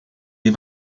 die